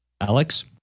Alex